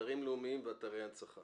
אתרים לאומיים ואתרי הנצחה